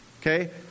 Okay